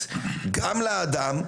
גם לאדם,